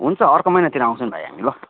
हुन्छ अर्को महिनातिर आउँछु नि भाइ हामी ल